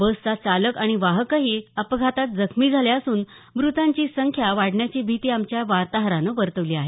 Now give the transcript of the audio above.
बसचा चालक आणि वाहकही अपघातात जखमी झाले असून मृतांची संख्या वाढण्याची भीती आमच्या वार्ताहरानं वर्तवली आहे